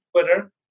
Twitter